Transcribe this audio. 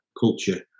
culture